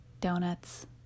donuts